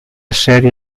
serie